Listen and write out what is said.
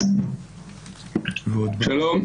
שלום.